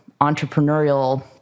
entrepreneurial